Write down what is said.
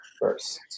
first